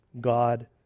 God